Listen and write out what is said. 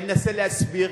אני מנסה להסביר,